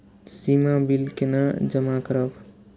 सीमा bill केना जमा करब?